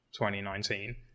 2019